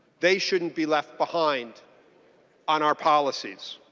they should not be left behind on our policies.